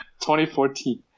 2014